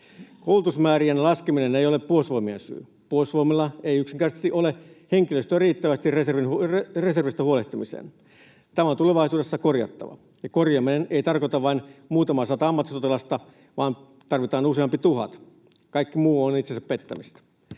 Koulutusmäärien laskeminen ei ole Puolustusvoimien syy. Puolustusvoimilla ei yksinkertaisesti ole henkilöstöä riittävästi reservistä huolehtimiseen. Tämä on tulevaisuudessa korjattava, ja korjaaminen ei tarkoita vain muutamaa sataa ammattisotilasta vaan tarvitaan useampi tuhat. Kaikki muu on itsensä pettämistä.